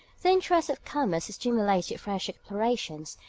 the interests of commerce stimulated fresh explorations,